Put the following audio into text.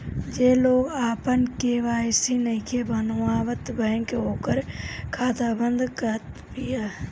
जे लोग आपन के.वाई.सी नइखे करावत बैंक ओकर खाता बंद करत बिया